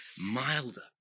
milder